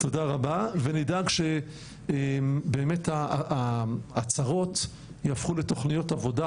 תודה רבה ונדאג שבאמת ההצהרות יפכו לתוכניות עבודה